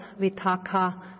vitaka